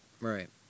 right